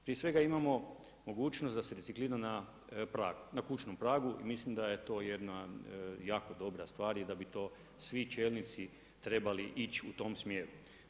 Prije svega imamo mogućnost da se reciklira na pragu, na kućnom pragu, mislim da je to jedna jako dobra stvar i da bi to svi čelnici trebali ići u tom smjeru.